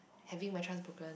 having my chance broken